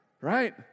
right